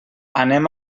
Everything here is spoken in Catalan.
anem